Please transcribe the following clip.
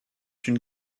une